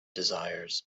desires